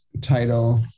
title